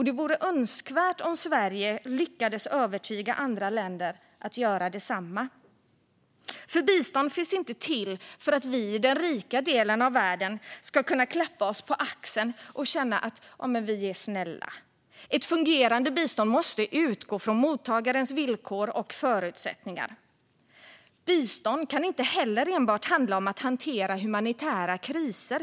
Det vore önskvärt att Sverige lyckades övertyga andra länder om att göra detsamma, för bistånd finns inte till för att vi i den rika delen av världen ska kunna klappa oss på axeln och känna att vi är snälla. Ett fungerande bistånd måste utgå från mottagarens villkor och förutsättningar. Bistånd kan heller inte enbart handla om att hantera humanitära kriser.